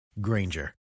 Granger